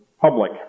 public